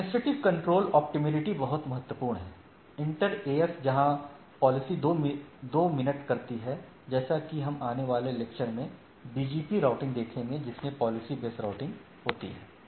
administrative control optimality बहुत महत्वपूर्ण है इंटर AS जहां पॉलिसी 2 मिनट करती है जैसा कि हम आने वाले लेक्चर में BGP राउटिंग देखेंगे जिसमें पॉलसी बेस्ट राउटिंग होती है